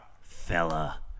fella